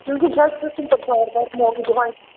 کیونٛکہِ جَج صٲب چھُنہٕ پَتہٕ بار بار موقعہٕ دِوان